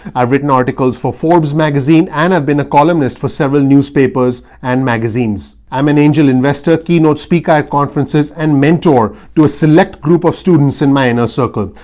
i've written articles for forbes magazine and i've been a columnist for several newspapers and magazines. i'm an angel investor, keynote speaker conferences and mentor to a select group of students in my inner circle.